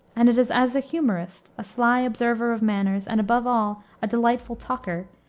and it is as a humorist, a sly observer of manners, and above all, a delightful talker,